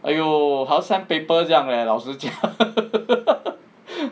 !aiyo! 好像 sandpaper 这样 leh 老实讲